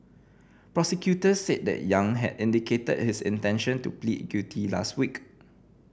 prosecutors said that Yang had indicated his intention to plead guilty last week